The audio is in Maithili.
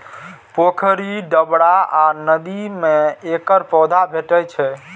पोखरि, डबरा आ नदी मे एकर पौधा भेटै छैक